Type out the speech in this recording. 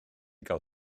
gael